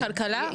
כלכלה?